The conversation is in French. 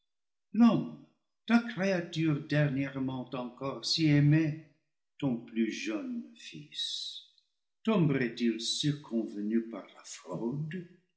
ta créa ture dernièrement encore si aimée ton plus jeune fils tom berait il circonvenu par la fraude